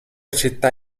città